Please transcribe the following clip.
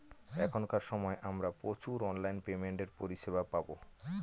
এখনকার সময় আমরা প্রচুর অনলাইন পেমেন্টের পরিষেবা পাবো